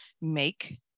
make